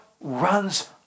runs